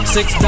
Six